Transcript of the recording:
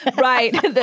right